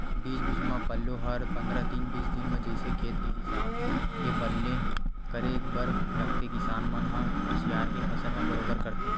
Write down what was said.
बीच बीच म पल्लो हर पंद्रह दिन बीस दिन म जइसे खेत के हिसाब ले पल्लो करे बर लगथे किसान मन ह कुसियार के फसल म बरोबर करथे